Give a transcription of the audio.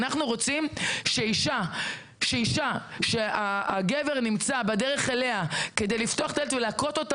אנחנו רוצים שאישה שהגבר נמצא בדרך אליה כדי לפתוח את הדלת ולהכות אותה